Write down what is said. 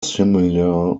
similar